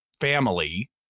family